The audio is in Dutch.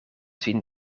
zien